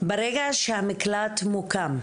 ברגע שהמקלט מוקם,